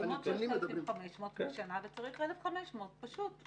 מסיימות 6,500 בשנה וצריך 1,500. פשוט.